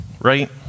right